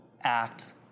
act